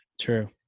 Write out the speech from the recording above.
True